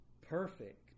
perfect